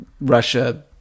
Russia